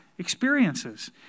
Experiences